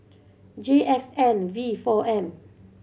J X N V four M